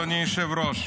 אדוני היושב-ראש,